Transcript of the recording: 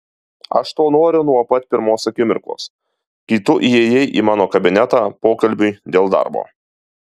aš to noriu nuo pat pirmos akimirkos kai tu įėjai į mano kabinetą pokalbiui dėl darbo